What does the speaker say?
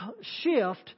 shift